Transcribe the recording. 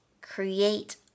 create